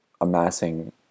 amassing